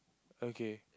okay